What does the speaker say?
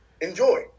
Enjoy